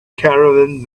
caravan